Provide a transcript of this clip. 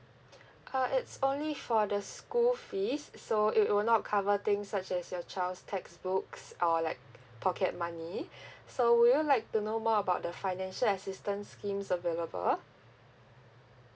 uh it's only for the school fees so it will not cover things such as your child's textbooks or like pocket money so would you like to know more about the financial assistance schemes available